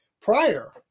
prior